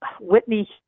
Whitney